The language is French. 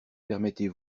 permettez